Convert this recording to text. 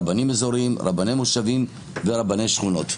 רבנים אזוריים, רבני מושבים ורבני שכונות.